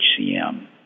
HCM